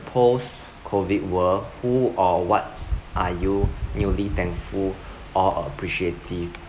post COVID world who or what are you newly thankful or appreciative